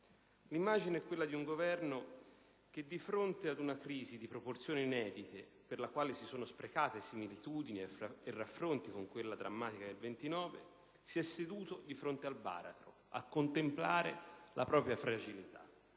L'immagine è quella di un Governo che, di fronte ad una crisi di proporzioni inedite, per la quale si sono sprecati similitudini e raffronti con quella drammatica del 1929, si è seduto di fronte al baratro, a contemplare la propria fragilità.